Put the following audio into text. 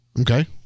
Okay